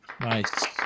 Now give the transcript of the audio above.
nice